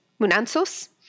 munansos